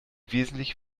wesentlich